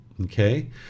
Okay